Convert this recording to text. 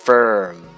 Firm